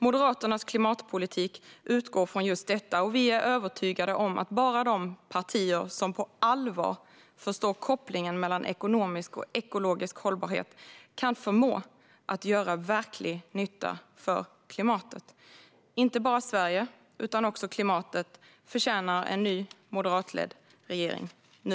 Moderaternas klimatpolitik utgår från just detta, och vi är övertygade om att bara de partier som på allvar förstår kopplingen mellan ekonomisk och ekologisk hållbarhet kan förmå att göra verklig nytta för klimatet. Inte bara Sverige utan också klimatet förtjänar en ny, moderatledd regering - nu!